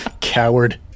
Coward